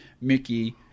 Mickey